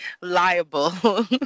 liable